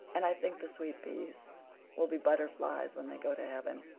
and i think the sweet peas will be butterflies when they go to heaven.